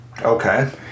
Okay